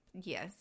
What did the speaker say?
yes